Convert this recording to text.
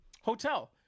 hotel